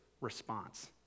response